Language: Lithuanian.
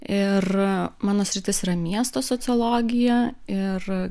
ir mano sritis yra miesto sociologija ir